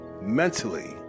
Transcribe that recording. mentally